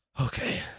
Okay